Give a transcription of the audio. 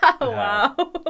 wow